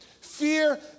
Fear